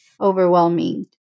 overwhelming